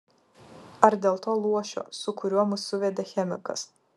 ar dėl to luošio su kuriuo mus suvedė chemikas